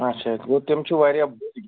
اَچھا گوٚو تِم چھِ وارِیاہ